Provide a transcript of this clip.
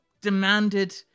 demanded